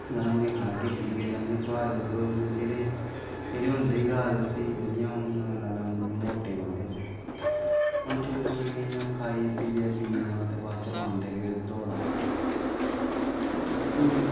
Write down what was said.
खागे पीगे तांईयै भार बधग जिनें जेह्के होंदे गै आलसी जियां लाई लैओ मोटे बंदे नै खाही पियै पेदे रौह्ना ते लांदे फिर दौड़ां दौड़